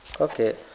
Okay